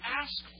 ask